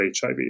HIV